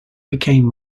became